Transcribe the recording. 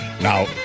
Now